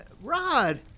Rod